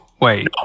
Wait